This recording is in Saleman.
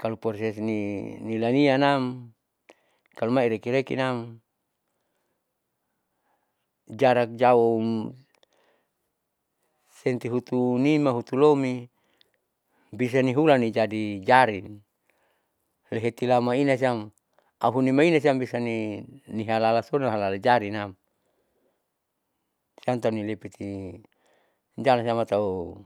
kalo proses ini lanianam kalo maireke rekenam jarak jauh senti hunima hutulomi bisa nihulan nijadi jaring lahetilan maina siam auni mahina siam bisa ni nihalahalsou halahala jaringnam siam tahu nilepiti jaring siama tahu.